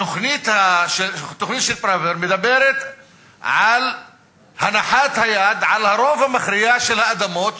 התוכנית של פראוור מדברת על הנחת היד על הרוב המכריע של האדמות